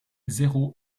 zéro